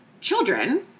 children